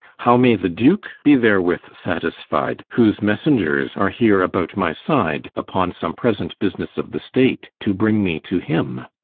how may the duke be therewith satisfied, whose messengers are here about my side, upon some present business of the state, to bring me to him?